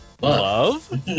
love